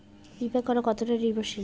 বীমা করা কতোটা নির্ভরশীল?